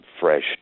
fresh